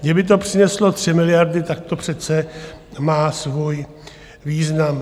Kdyby to přineslo 3 miliardy, tak to přece má svůj význam.